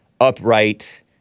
upright